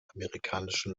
amerikanischen